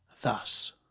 thus